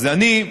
אז אני,